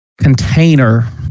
container